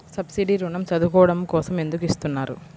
Subsidy ఋణం చదువుకోవడం కోసం ఎందుకు ఇస్తున్నారు?